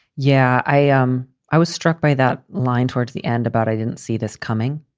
yeah, i am. i was struck by that line towards the end about i didn't see this coming.